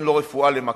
אין לו רפואה למכתו.